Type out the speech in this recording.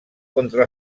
contra